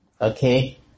Okay